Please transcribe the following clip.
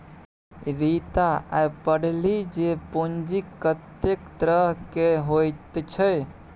रीता आय पढ़लीह जे पूंजीक कतेक तरहकेँ होइत छै